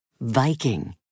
Viking